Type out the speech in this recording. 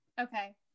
Okay